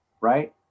Right